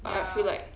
ya